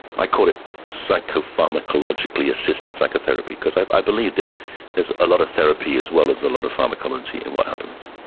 i call it psychopharmacologically assisted psychotherapy because i believe that there is a lot of therapy as well as a lot of pharmacology in what happens.